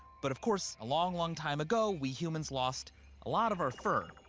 but of course, a long, long time ago, we humans lost a lot of our fur.